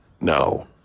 No